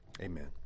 Amen